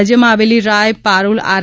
રાજ્યમાં આવેલી રાય પારુલ આર